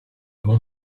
bons